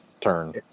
turn